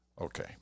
Okay